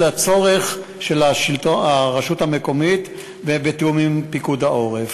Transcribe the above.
לצורך של הרשות המקומית, ובתיאום עם פיקוד העורף.